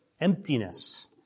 Emptiness